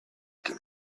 can